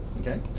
Okay